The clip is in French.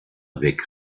avec